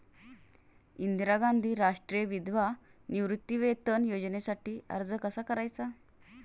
इंदिरा गांधी राष्ट्रीय विधवा निवृत्तीवेतन योजनेसाठी अर्ज कसा करायचा?